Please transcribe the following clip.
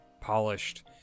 polished